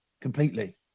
completely